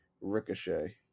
Ricochet